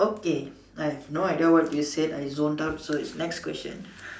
okay I have no idea what you said I zoned out so it's next question